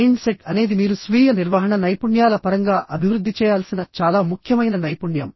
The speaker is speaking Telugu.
మైండ్ సెట్ అనేది మీరు స్వీయ నిర్వహణ నైపుణ్యాల పరంగా అభివృద్ధి చేయాల్సిన చాలా ముఖ్యమైన నైపుణ్యం